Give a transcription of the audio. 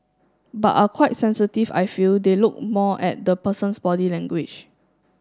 but are quite sensitive I feel they look more at the person's body language